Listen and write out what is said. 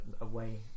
away